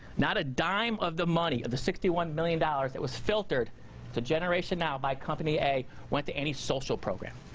not a dime of the money of the sixty one million dollars that was filtered to generation now by company a went to any social program.